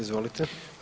Izvolite.